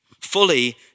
Fully